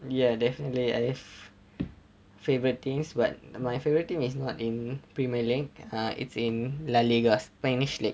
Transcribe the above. ya definitely I have favourite teams but my favourite team is not in premier league ah it's in la liga spanish league